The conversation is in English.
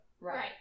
Right